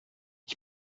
ich